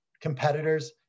competitors